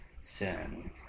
sin